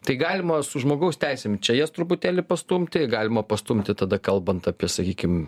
tai galima su žmogaus teisėm čia jas truputėlį pastumti galima pastumti tada kalbant apie sakykim